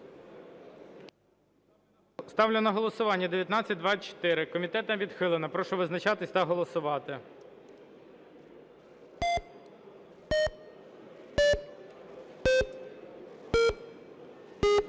Ставлю на голосування 1889. Комітетом відхилена. Прошу визначатись та голосувати.